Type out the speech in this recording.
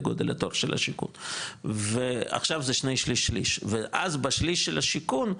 לגודל התור של השיכון ועכשיו זה שני שליש/שליש ואז בשליש של השיכון,